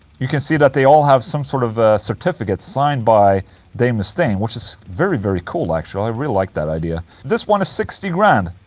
you can see that they all have some sort of certificate signed by dave mustaine, which is. very very cool actually. i really like that idea. this one is sixty grand.